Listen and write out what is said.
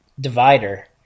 divider